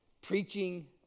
preaching